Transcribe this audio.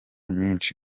nyinshi